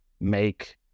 make